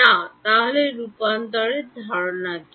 না তাহলে রূপান্তর ধারণা কি